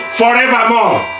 forevermore